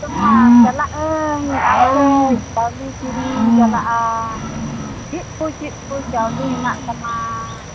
customer ᱪᱟᱞᱟᱜ ᱟᱹᱧ ᱟᱢ ᱴᱷᱮᱡ ᱪᱟ ᱣᱞᱤ ᱠᱤᱨᱤᱧ ᱤᱧ ᱪᱟᱞᱟᱜᱼᱟ ᱪᱮᱫ ᱚᱩ ᱪᱮᱫ ᱠᱚ ᱪᱟᱹᱣᱞᱤ ᱦᱮᱱᱟᱜ ᱛᱟᱢᱟ